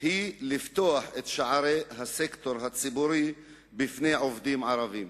היא לפתוח את שערי הסקטור הציבורי בפני עובדים ערבים.